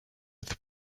with